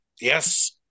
Yes